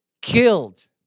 killed